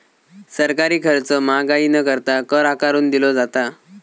सरकारी खर्च महागाई न करता, कर आकारून दिलो जाता